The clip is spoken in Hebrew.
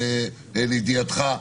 לידיעתך.